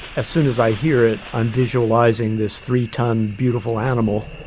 as soon as i hear it, i'm visualizing this three ton beautiful animal,